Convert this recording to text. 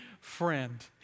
friend